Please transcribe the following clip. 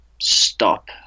stop